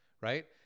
right